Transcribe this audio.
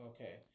Okay